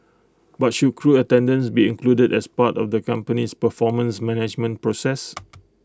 but should crew attendance be included as part of the company's performance management process